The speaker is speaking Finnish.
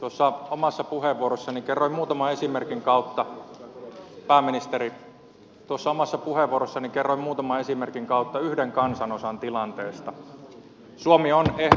edustaja tuppurainen ja pääministeri stubb tuossa omassa puheenvuorossani kerroin muutaman esimerkin kautta yhden kansanosan tilanteesta